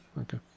okay